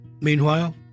Meanwhile